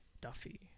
Duffy